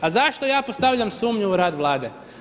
A zašto ja postavljam sumnju u rad Vlade?